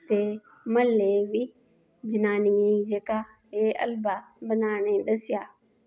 ते म्हल्ले बी जनानियें जेह्का एह् हलबा बनाने दस्सेआ